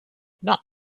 not